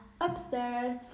upstairs